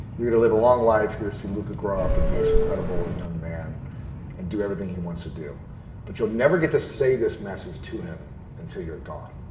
you're gonna live a long life. you're gonna see luca grow up and be this incredible young man and do everything he wants to do but you'll never get to say this message to him until you're gone.